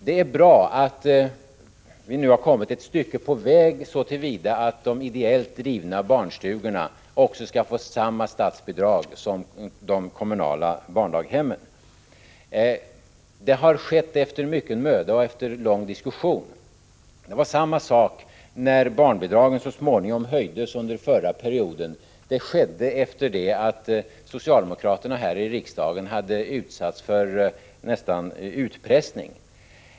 Det är bra att vi nu har kommit ett stycke på väg så till vida som att de ideellt drivna barnstugorna skall få samma statsbidrag som de kommunala barndaghemmen. Det har skett efter mycken möda och lång diskussion. Det var samma sak när barnbidragen så småningom höjdes under den förra perioden: det skedde efter det att socialdemokraterna i riksdagen hade utsatts för nära nog utpressning.